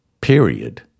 period